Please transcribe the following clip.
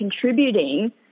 contributing